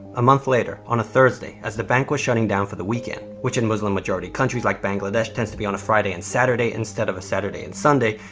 a month later, on a thursday, as the bank was shutting down for the weekend, which in muslim-majority countries like bangladesh, tends to be on a friday and saturday, instead of a saturday and sunday.